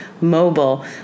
mobile